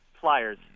flyers